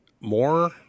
more